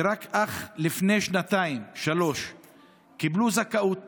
שרק לפני שנתיים-שלוש קיבלו זכאות